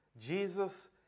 Jesus